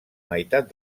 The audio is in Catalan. meitat